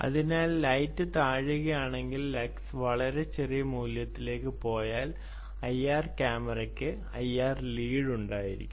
അതിനാൽ ലൈറ്റ് താഴുകയാണെങ്കിൽ ലക്സ് വളരെ ചെറിയ മൂല്യത്തിലേക്ക് പോയാൽ ഐആർ ക്യാമറയ്ക്ക് ഐആർ ലീഡ് ഉണ്ടായിരിക്കും